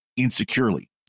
insecurely